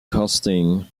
casting